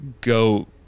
go